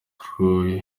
crew